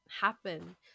happen